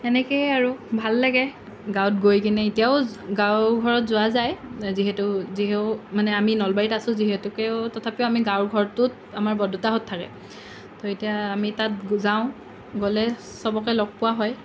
তেনেকেই আৰু ভাল লাগে গাঁৱত গৈ কিনে এতিয়াও গাঁৱৰ ঘৰত যোৱা যায় যিহেতু যি হওক মানে আমি নলবাৰীত আছোঁ যিহেতুকে তথাপিও আমি গাঁৱৰ ঘৰটোত আমাৰ বৰদেউতাহঁত থাকে তো এতিয়া আমি তাত যাওঁ গ'লে সবকে লগ পোৱা হয়